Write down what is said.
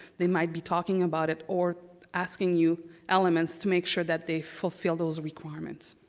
they might be talking about it or asking you elements to make sure that they fulfil those requirements.